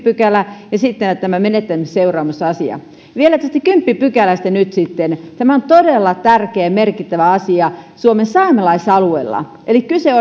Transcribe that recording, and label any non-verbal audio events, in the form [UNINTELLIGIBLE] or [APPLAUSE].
[UNINTELLIGIBLE] pykälä ja sitten menettämisseuraamusasia vielä tästä kymmenennestä pykälästä nyt sitten tämä on todella tärkeä ja merkittävä asia suomen saamelaisalueella eli kyse [UNINTELLIGIBLE]